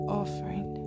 offering